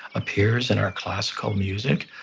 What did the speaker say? appears in our classical music?